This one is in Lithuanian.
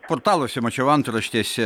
portaluose mačiau antraštėse